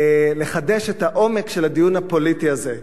לחדש את העומק של הדיון הפוליטי הזה.